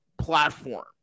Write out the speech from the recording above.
platform